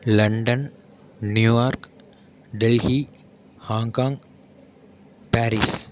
London New York Delhi Hong Kong Paris